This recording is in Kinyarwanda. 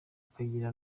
akagira